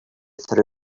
through